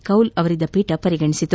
ಖೌಲ್ ಅವರಿದ್ದ ಪೀಠ ಪರಿಗಣಿಸಿದೆ